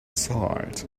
sight